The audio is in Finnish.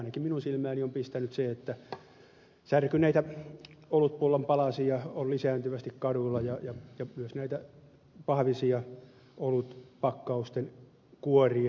ainakin minun silmääni on pistänyt se että särkyneitä olutpullon palasia on lisääntyvästi kaduilla ja myös näitä pahvisia olutpakkausten kuoria